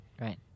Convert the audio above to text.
Right